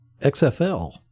XFL